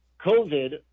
COVID